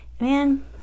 man